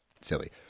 silly